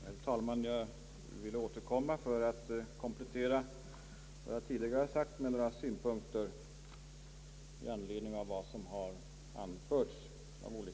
Herr talman! Jag vill återkomma för att komplettera vad jag tidigare har sagt med några synpunkter i anledning av vad olika talare har anfört.